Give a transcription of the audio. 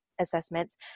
assessments